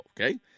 okay